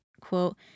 quote